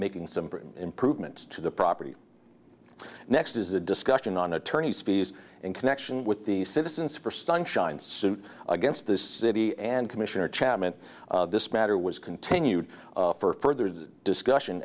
making some pretty improvements to the property next is a discussion on attorney's fees in connection with the citizens for sunshine suit against the city and commissioner chapman this matter was continued for further discussion